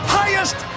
highest